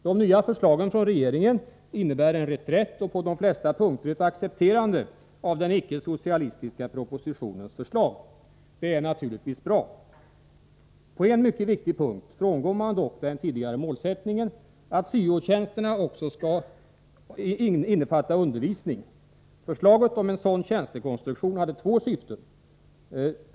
De nya förslagen från regeringen innebär en reträtt och på de flesta punkter ett accepterande av den icke-socialistiska propositionens förslag. Det är naturligtvis bra. På en mycket viktig punkt frångår man dock den tidigare målsättningen att i syo-tjänsterna också skall ingå undervisning. Förslaget om en sådan tjänstekonstruktion hade två syften.